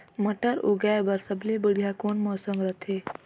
मटर उगाय बर सबले बढ़िया कौन मौसम रथे?